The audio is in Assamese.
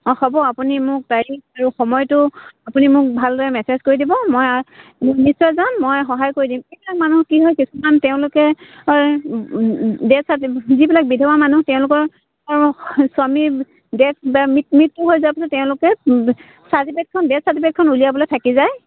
অঁ হ'ব আপুনি মোক তাৰিখ আৰু সময়টো আপুনি মোক ভালদৰে মেছেজ কৰি দিব মই নিশ্চয় যাম মই সহায় কৰি দিম এইবিলাক মানুহ কি হয় কিছুমান তেওঁলোকে ডেঠ চাৰ্টিফিকেট যিবিলাক বিধৱা মানুহ তেওঁলোকৰ স্বামী ডেঠ বা মৃত্যু হৈ যোৱাৰ পিছত তেওঁলোকে চাৰ্টিফিকেটখন ডেঠ চাৰ্টিফিকেটখন উলিয়াবলৈ থাকি যায়